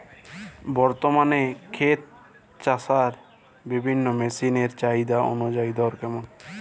বর্তমানে ক্ষেত চষার বিভিন্ন মেশিন এর চাহিদা অনুযায়ী দর কেমন?